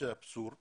האבסורד